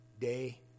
day